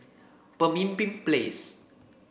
Pemimpin Place